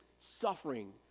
suffering